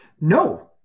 no